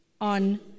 on